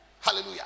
hallelujah